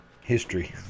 history